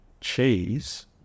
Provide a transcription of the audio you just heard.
cheese